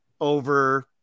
over